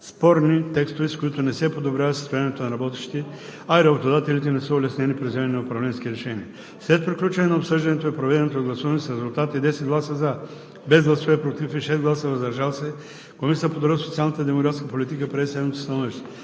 спорни текстове, с които не се подобрява състоянието на работещите, а и работодателите не са улеснени при вземане на управленски решения. След приключване на обсъждането и проведеното гласуване с резултати: 10 гласа „за“, без гласове „против“ и 6 гласа „въздържал се“ Комисията по труда, социалната и демографската политика прие следното становище: